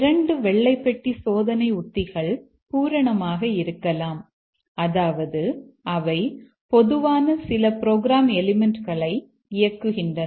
இரண்டு வெள்ளை பெட்டி சோதனை உத்திகள் பூரணமாக இருக்கலாம் அதாவது அவை பொதுவான சில ப்ரோக்ராம் எலிமெண்ட்களை இயக்குகின்றன